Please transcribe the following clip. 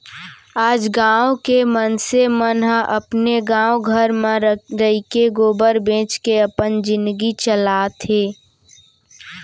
आज गॉँव के मनसे मन ह अपने गॉव घर म रइके गोबर बेंच के अपन जिनगी चलात हें